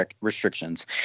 restrictions